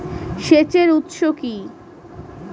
সেচের উৎস কি?